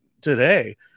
today